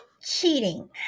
cheating